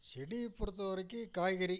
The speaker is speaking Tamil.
செடி பொறுத்தவரைக்கு காய்கறி